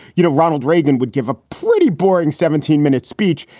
you know, ronald reagan would give a pretty boring seventeen minute speech.